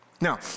Now